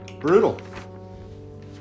brutal